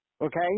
okay